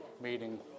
meeting